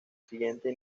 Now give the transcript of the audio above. siguiente